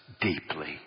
deeply